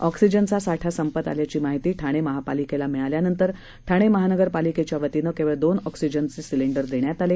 ऑक्सिजनचा साठा संपत आल्याची माहिती ठाणे महापालिकेला मिळाल्यानंतर ठाणे महानगर पालिकेच्या वतीनं केवळ दोन ऑक्सिजनचे सिलेंडर देण्यात आले